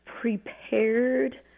prepared